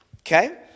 Okay